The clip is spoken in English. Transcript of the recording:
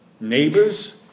neighbors